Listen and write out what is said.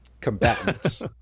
combatants